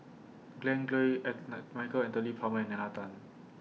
Glen Goei Michael Anthony Palmer and Nalla Tan